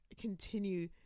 continue